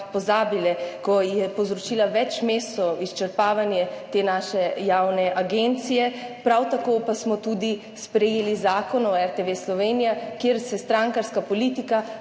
pozabili, ki je povzročila več mesečno izčrpavanje te naše javne agencije, prav tako pa smo tudi sprejeli Zakon o RTV Slovenija, kjer se strankarska politika